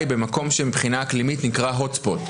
במקום שמבחינה אקלימית נקרא Hotspot.